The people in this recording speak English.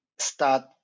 start